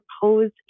propose